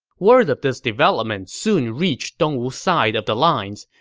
word of this development soon reached dongwu's side of the lines,